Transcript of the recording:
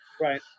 right